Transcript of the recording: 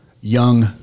young